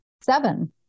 seven